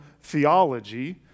theology